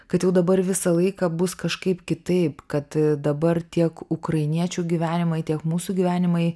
kad jau dabar visą laiką bus kažkaip kitaip kad dabar tiek ukrainiečių gyvenimai tiek mūsų gyvenimai